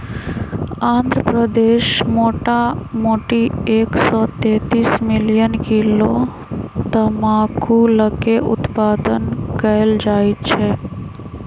आंध्र प्रदेश मोटामोटी एक सौ तेतीस मिलियन किलो तमाकुलके उत्पादन कएल जाइ छइ